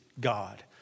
God